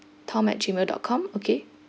tom at gmail dot com okay